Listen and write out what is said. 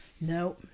No